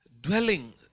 dwelling